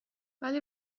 ولی